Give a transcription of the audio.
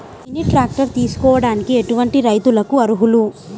Mini tractor తీసుకోవడానికి ఎటువంటి రైతులకి అర్హులు?